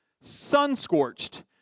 sun-scorched